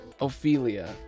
Ophelia